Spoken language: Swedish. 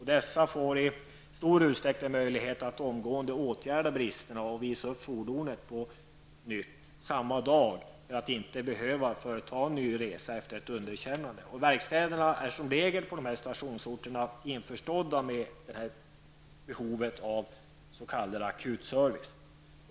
Dessa får i stor utsträckning möjlighet att omgående åtgärda brister och visa upp fordonet på nytt samma dag för att inte behöva företa en ny resa efter ett underkännande. Verkstäderna på stationsorterna är införstådda med behovet av sådan ''akutservice''.